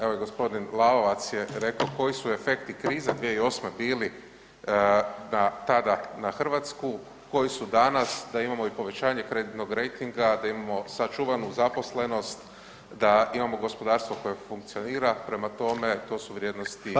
Evo i gospodin Lalovac je rekao koji su efekti krize 2008. bili tada na Hrvatsku koji su danas, da imamo i povećanje kreditnog rejtinga, da imamo sačuvanu zaposlenost, da imamo gospodarstvo koje funkcionira prema tome to su vrijednosti za